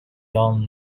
young